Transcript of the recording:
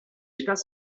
état